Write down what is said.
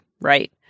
right